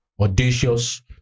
audacious